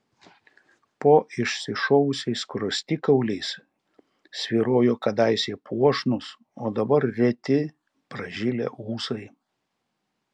po išsišovusiais skruostikauliais svyrojo kadaise puošnūs o dabar reti pražilę ūsai